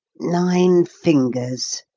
nine fingers,